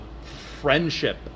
friendship